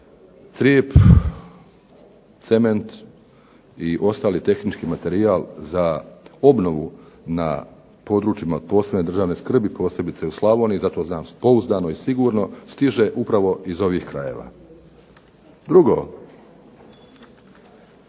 crijep, cement i ostali tehnički materijal za obnovu na područjima od posebne državne skrbi posebice u Slavoniji, za to znam pouzdano i sigurno, stiže upravo iz ovih krajeva. Drugo.